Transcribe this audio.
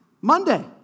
Monday